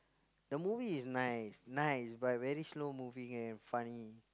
the movie is nice nice but very slow movie and funny